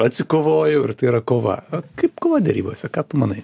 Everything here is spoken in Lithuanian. atsikovojau ir tai yra kova kaip kova derybose ką tu manai